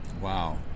Wow